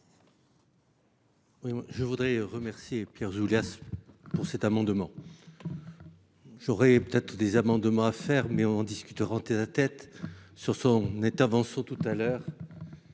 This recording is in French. je voudrais remercier Pierre Ouzoulias. Pour cet amendement. J'aurais peut-être des amendements à faire mais on en discute renter la tête sur son nette avance au tout à l'heure.